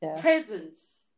presence